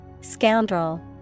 Scoundrel